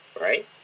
right